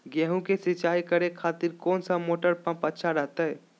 गेहूं के सिंचाई करे खातिर कौन सा मोटर पंप अच्छा रहतय?